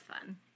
fun